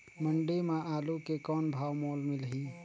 मंडी म आलू के कौन भाव मोल मिलही?